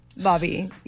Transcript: Bobby